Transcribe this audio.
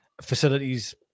facilities